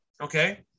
Okay